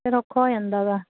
ਫਿਰ ਔਖਾ ਹੋ ਜਾਂਦਾ ਗਾ